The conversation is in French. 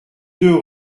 deux